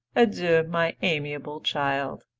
adieu, my amiable child!